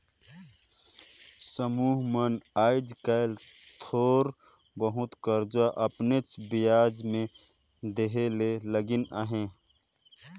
समुह मन आएज काएल थोर बहुत करजा अपनेच बियाज में देहे ले लगिन अहें